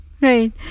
Right